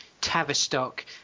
Tavistock